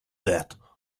that